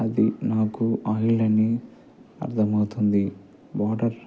అది నాకు ఆయిల్ అని అర్థమవుతుంది వాటర్